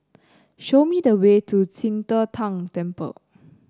show me the way to Qing De Tang Temple